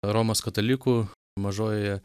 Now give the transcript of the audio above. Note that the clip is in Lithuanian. romos katalikų mažojoje